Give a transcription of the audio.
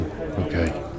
Okay